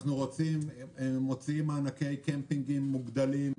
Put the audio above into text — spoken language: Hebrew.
אנחנו מוציאים מענקי קמפינג מוגדלים,